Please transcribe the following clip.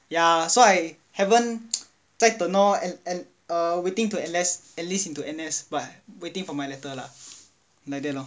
ya so I haven't 在等 lor and and err waiting to enlist into N_S but waiting for my letter lah then like that lor